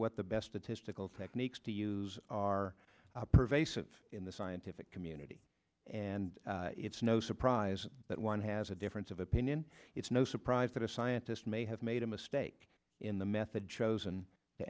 what the best a typical techniques to use are pervasive in the scientific community and it's no surprise that one has a difference of opinion it's no surprise that a scientist may have made a mistake in the method chosen to